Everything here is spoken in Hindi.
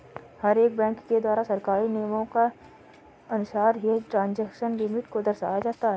हर एक बैंक के द्वारा सरकारी नियमों के अनुसार ही ट्रांजेक्शन लिमिट को दर्शाया जाता है